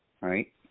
right